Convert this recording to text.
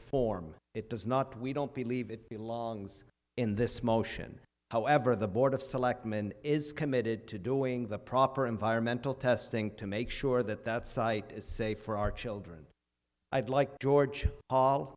form it does not we don't believe it belongs in this motion however the board of selectmen is committed to doing the proper environmental testing to make sure that that site is safe for our children i'd like george